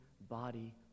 body